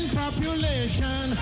population